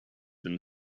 been